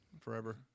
forever